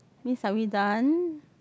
means are we done